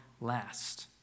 last